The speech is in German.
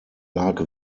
lag